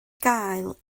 gael